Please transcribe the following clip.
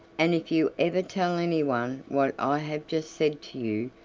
and if you ever tell anyone what i have just said to you,